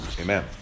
amen